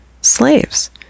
slaves